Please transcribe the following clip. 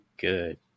good